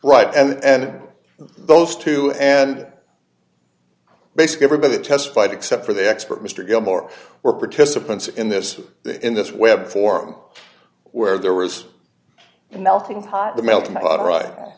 right and those two and basically everybody testified except for the expert mr gilmore were participants in this in this web form where there was a melting pot